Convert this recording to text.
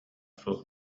суох